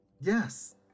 yes